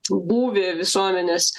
būvį visuomenės